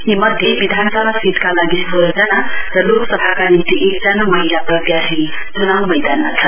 यी मध्ये विधानसभा सीटका लागि सोह्र जना र लोकसभाका निम्ति एकजना महिला प्रत्याशी चुनाउ मैदानमा छन्